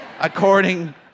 according